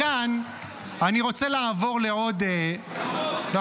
מכאן אני רוצה לעבור לעוד ------ לא.